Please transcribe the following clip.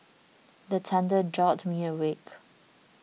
the thunder jolt me awake